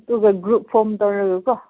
ꯑꯗꯨꯒ group form ꯇꯧꯔꯒꯀꯣ